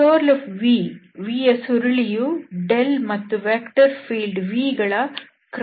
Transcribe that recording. curl v vಯ ಸುರುಳಿ ಯು ಮತ್ತು ವೆಕ್ಟರ್ ಫೀಲ್ಡ್ v ಗಳ ಕ್ರಾಸ್ ಉತ್ಪನ್ನ ವಾಗಿದೆ